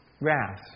Wrath